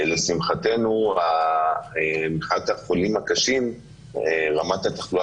לשמחתנו מבחינת החולים הקשים רמת התחלואה